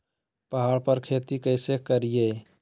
पहाड़ पर खेती कैसे करीये?